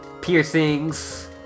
piercings